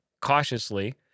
cautiously